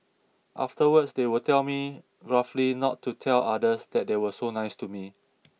afterwards they would tell me gruffly not to tell others that they were so nice to me